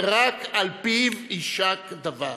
ורק על פיו יישק דבר.